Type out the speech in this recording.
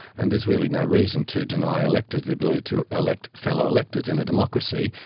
and there's really no reason to deny electors the ability to collect fellow electors in a democracy.